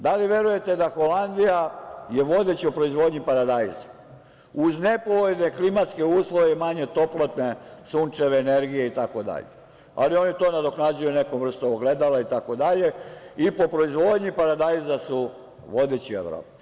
Da li verujete da je Holandija vodeća u proizvodnji paradajza uz nepovoljne klimatske uslove i manje toplotne sunčeve energije itd, ali oni to nadoknađuju nekom vrstom ogledala itd. i po proizvodnji paradajza su vodeći u Evropi.